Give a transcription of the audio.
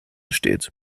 steht